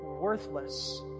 worthless